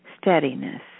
steadiness